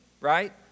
right